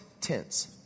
tense